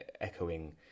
echoing